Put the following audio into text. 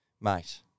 mate